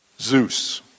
Zeus